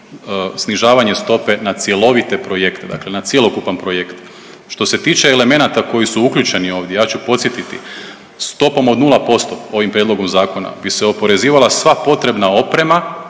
snižavanje stope na cjelovite projekte, dakle na cjelokupan projekt. Što se tiče elemenata koji su uključeni ovdje, ja ću podsjetiti stopom od nula posto ovim prijedlogom zakona bi se oporezivala sva potrebna oprema